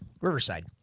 Riverside